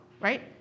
right